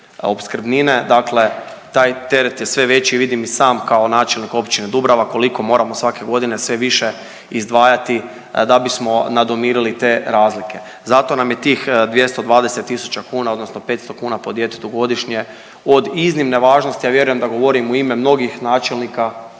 opskrbnine, dakle taj teret je sve veći i vidim i sam kao načelnik općine Dubrava koliko moramo svake godine sve više izdvajati da bi smo nadomirili te razlike. Zato nam je tih 220.000 kuna odnosno 500 kuna po djetetu godišnje od iznimne važnosti. Ja vjerujem da govorim u ime mnogih načelnika